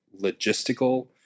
logistical